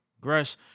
Gresh